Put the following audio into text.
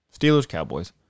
Steelers-Cowboys